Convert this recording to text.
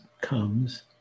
comes